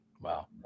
Wow